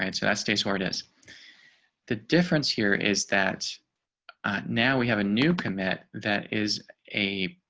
and today's today's word is the difference here is that now we have a new commit that is a